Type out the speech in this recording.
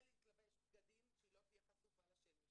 ולהתלבש בבגדים שהיא לא תהיה חשופה לשמש.